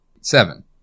Seven